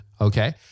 okay